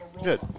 Good